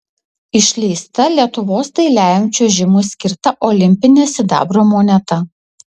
išleista lietuvos dailiajam čiuožimui skirta olimpinė sidabro moneta